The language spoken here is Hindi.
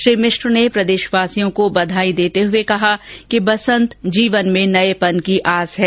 श्री मिश्र ने प्रदेशवासियों को बधाई देते हुए कहा कि बसंत जीवन में नयेपन की आस है